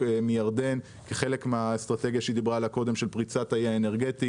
מירדן כחלק מהאסטרטגיה של פריצת האי האנרגטי.